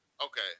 okay